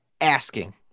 asking